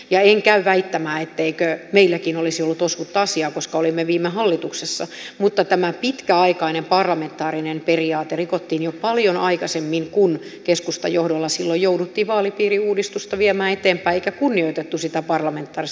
en käy väittämään etteikö meilläkin olisi ollut osuutta asiaan koska olimme viime hallituksessa mutta tämä pitkäaikainen parlamentaarinen periaate rikottiin jo paljon aikaisemmin kun keskustan johdolla silloin jouduttiin vaalipiiriuudistusta viemään eteenpäin eikä kunnioitettu parlamentaarista lopputulosta